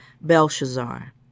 Belshazzar